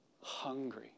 hungry